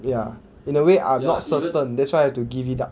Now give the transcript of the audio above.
ya in a way I am not certain that's why I have to give it up